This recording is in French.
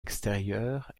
extérieure